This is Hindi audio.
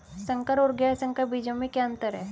संकर और गैर संकर बीजों में क्या अंतर है?